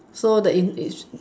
so there is is